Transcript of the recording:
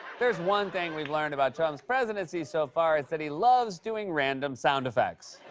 there's one thing we've learned about trump's presidency so far, it's that he loves doing random sound effects.